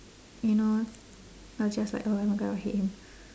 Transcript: you know I'll just like oh my god I hate him